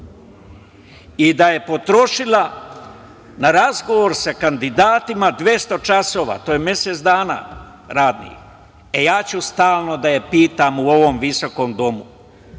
i da je potrošila na razgovor sa kandidatima 200 časova. To je mesec dana radnih. Ja ću stalno da je pitam u ovom visokom domu,